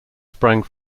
sprang